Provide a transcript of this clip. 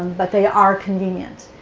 but they are convenient.